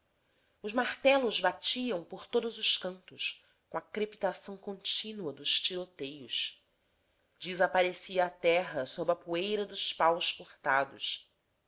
os martelos batiam por todos os cantos com a crepitação continua dos tiroteios desaparecia a terra sob a poeira dos paus cortados